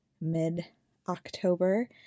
mid-October